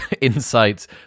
insights